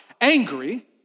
angry